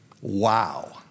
Wow